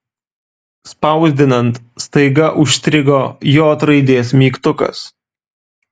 spausdinant staiga užstrigo j raidės mygtukas